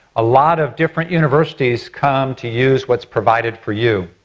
a lot of different universities come to use what's provided for you.